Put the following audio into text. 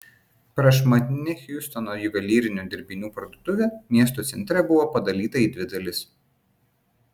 prašmatni hjustono juvelyrinių dirbinių parduotuvė miesto centre buvo padalyta į dvi dalis